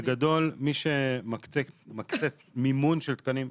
בגדול מי שמקצה מימון של תקנים,